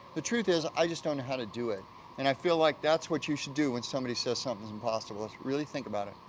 the truth is, i just don't know how to do it and i feel like that's what you should do when somebody says something's impossible, is really think about it.